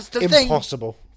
impossible